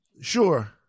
Sure